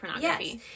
yes